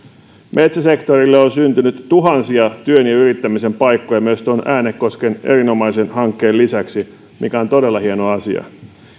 metsäsektorille on syntynyt tuhansia työn ja yrittämisen paikkoja myös tuon äänekosken erinomaisen hankkeen lisäksi mikä on todella hieno asia